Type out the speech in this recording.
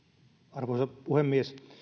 arvoisa puhemies